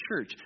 church